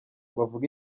bavuga